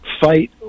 fight